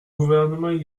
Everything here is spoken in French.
gouvernement